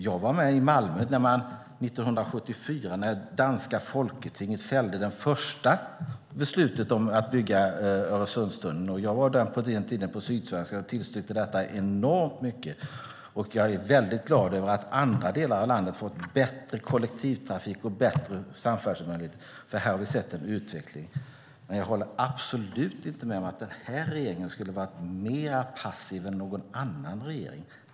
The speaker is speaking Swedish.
Jag var med i Malmö 1974 när danska Folketinget fattade det första beslutet att bygga Öresundstunneln. Jag var på den tiden på Sydsvenskan och tillstyrkte det starkt. Jag är glad över att andra delar av landet fått bättre kollektivtrafik, bättre möjligheter till samfärdsel. Här har vi sett en utveckling. Jag håller definitivt inte med om att den nuvarande regeringen skulle varit mer passiv än någon annan regering.